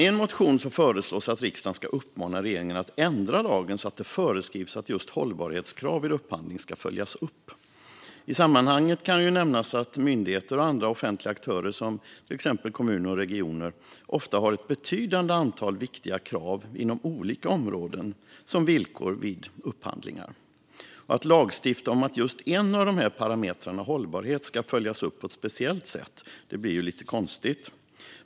I en motion föreslås att riksdagen ska uppmana regeringen att ändra lagen så att det föreskrivs att just hållbarhetskrav vid upphandling ska följas upp. I sammanhanget kan nämnas att myndigheter och andra offentliga aktörer, exempelvis kommuner och regioner, ofta har ett betydande antal viktiga krav inom olika områden som villkor vid upphandlingar. Att lagstifta om att just en av dessa parametrar, alltså hållbarhet, ska följas upp på ett speciellt sätt skulle bli lite konstigt.